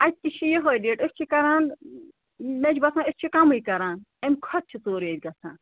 اَتہِ تہِ چھِ یِہُے ریٹ أسۍ چھِ کَران مےٚ چھُ باسان أسۍ چھِ کَمٕے کَران اَمہِ کھۄتہٕ چھِ ژوٚر ییٚتہِ گَژھان